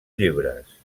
llibres